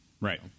right